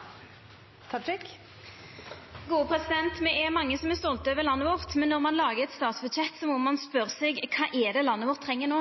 stolte over landet vårt, men når ein lagar eit statsbudsjett, må ein spørja seg: Kva er det landet vårt treng no?